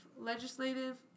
legislative